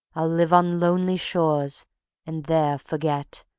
i'll live on lonely shores and there forget,